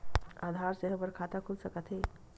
आधार से हमर खाता खुल सकत हे?